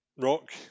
Rock